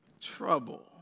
trouble